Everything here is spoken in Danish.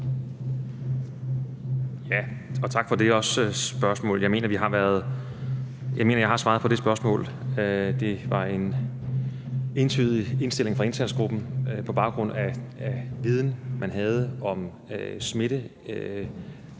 også for det spørgsmål. Jeg mener, jeg har svaret på det spørgsmål. Det var en entydig indstilling fra indsatsgruppen på baggrund af viden, man havde om smitte